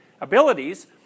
abilities